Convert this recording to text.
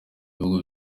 bihugu